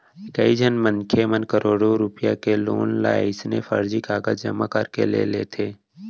कइझन मनखे मन करोड़ो रूपिया के लोन ल अइसने फरजी कागज जमा करके ले लेथे